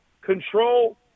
control